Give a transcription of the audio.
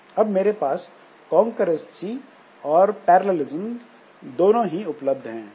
अब मेरे पास कॉन्करेंसी और पैरलेलिस्म दोनों ही उपलब्ध हैं